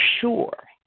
sure